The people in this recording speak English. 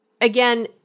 again